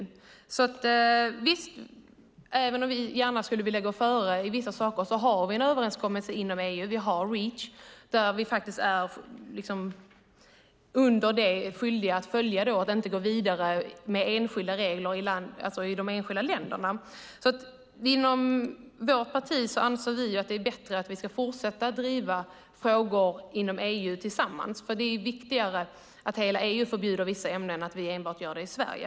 Även om vi gärna skulle vilja gå före med vissa saker har vi en överenskommelse inom EU. Vi har Reach som vi är skyldiga att följa. Vi kan inte gå vidare med enskilda regler i de enskilda länderna. Inom vårt parti anser vi att det är bättre att vi fortsätter att driva frågor inom EU tillsammans, för det är viktigare att hela EU förbjuder vissa ämnen än att vi enbart gör det i Sverige.